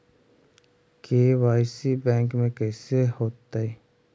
KYC bank में कैसे होतै?